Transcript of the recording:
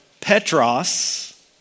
Petros